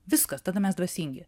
viskas tada mes dvasingi